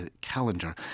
calendar